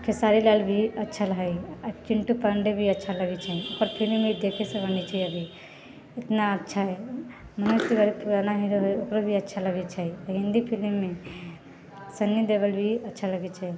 खेसारी लाल भी अच्छा रहै हइ आओर चिन्टू पाण्डे भी अच्छा लगै छै ओकर फिलिम देखैसँ आनै छै अभी ओतना अच्छा हइ मनोज तिवारी पुराना हीरो हइ ओकरो भी अच्छा लगै छै आओर हिन्दी फिलिममे सन्नी देवल भी अच्छा लगै छै